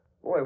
Boy